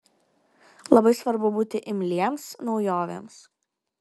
labai svarbu būti imliems naujovėms